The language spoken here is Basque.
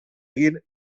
egin